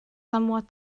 somewhat